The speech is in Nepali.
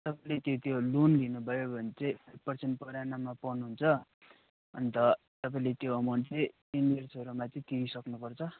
तपाईँले त्यही त त्यो लोन लिनु भयो भने चाहिँ पर्सेन्ट पर एनममा पाउनु हुन्छ अन्त तपाईँले त्यो अमाउन्ट चाहिँ टेन यर्सहरूमा चाहिँ तिरिसक्नु पर्छ